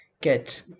get